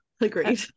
agreed